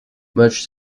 merged